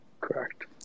Correct